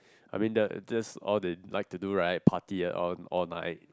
I mean that that's all they like to do right party and all all night